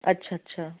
अच्छा अच्छा